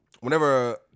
Whenever